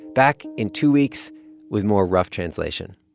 back in two weeks with more rough translation